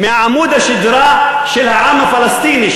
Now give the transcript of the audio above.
מעמוד השדרה של העם הפלסטיני,